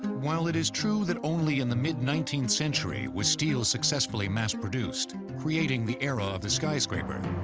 while it is true that only in the mid nineteenth century was steel successfully mass-produced, creating the era of the skyscraper.